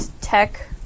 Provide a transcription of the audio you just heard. tech